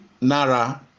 nara